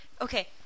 Okay